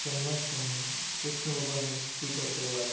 જન્માષ્ટમી કૃષ્ણ ભગવાનની પૂજા કરવાથી